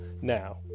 Now